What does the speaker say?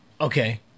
Okay